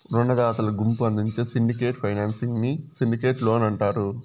రునదాతల గుంపు అందించే సిండికేట్ ఫైనాన్సింగ్ ని సిండికేట్ లోన్ అంటారు